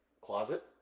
closet